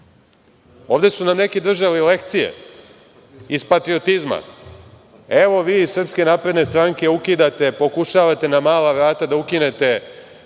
su nam neki držali lekcije iz patriotizma – evo, vi iz Srpske napredne stranke ukidate, pokušavate na mala vrata da ukinete